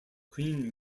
queen